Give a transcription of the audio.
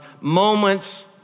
moments